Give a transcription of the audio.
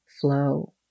flow